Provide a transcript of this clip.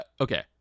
okay